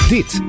Dit